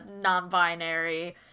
non-binary